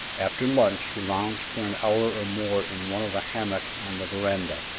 after lunch he lounged for an hour or more in one of the hammocks on the veranda,